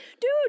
dude